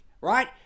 right